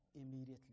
immediately